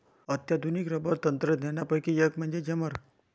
अत्याधुनिक रबर तंत्रज्ञानापैकी एक म्हणजे जेमर